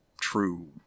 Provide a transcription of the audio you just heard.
true